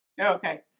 Okay